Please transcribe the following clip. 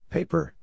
Paper